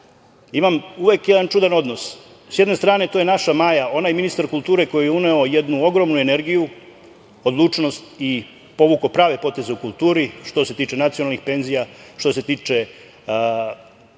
imam uvek jedan čudan odnos. S jedne strane, to je naša Maja, onaj ministar kulture koji je uneo jednu ogromnu energiju, odlučnost i povukao prave poteze u kulturi što se tiče nacionalnih penzija, što se tiče